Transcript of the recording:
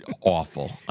awful